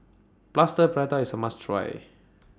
Plaster Prata IS A must Try